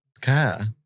care